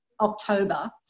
October